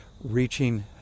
reaching